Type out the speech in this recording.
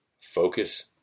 Focus